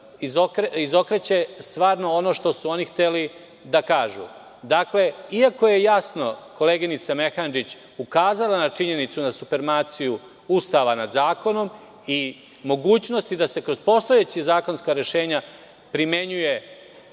izokreće stvarno ono što su oni hteli da kažu. Dakle, iako je jasno koleginica Mehandžić ukazala na činjenicu na supermaciju Ustava nad zakonom i mogućnosti da se kroz postojeća zakonska rešenja primenjuje